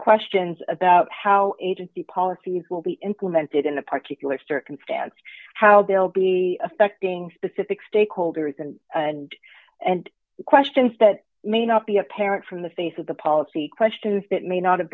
questions about how agency policies will be implemented in the particularly circumstance how they will be affecting specific stakeholders and and and questions that may not be apparent from the face of the policy questions that may not have